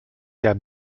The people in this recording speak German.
der